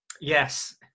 Yes